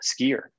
skier